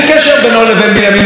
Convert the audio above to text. ככל הנראה,